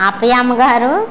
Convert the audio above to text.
అప్పయమ్మ గారు